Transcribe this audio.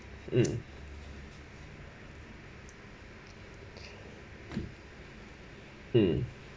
mm mm